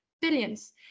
billions